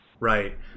Right